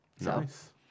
Nice